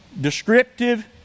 descriptive